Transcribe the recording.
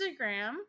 instagram